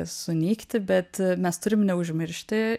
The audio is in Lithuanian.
sunykti bet mes turim neužmiršti